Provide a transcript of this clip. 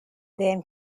them